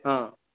हा